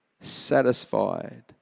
Satisfied